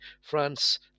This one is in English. France